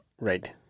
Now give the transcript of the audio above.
Right